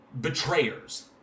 betrayers